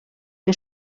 que